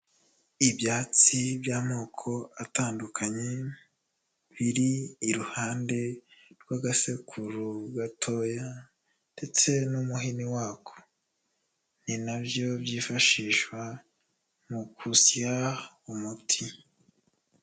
Ibyatsi by'amoko atandukanye, biri iruhande rw'agasekuru gatoya ndetse n'umuhini wako, ni nabyo byifashishwa mu kusya umuti.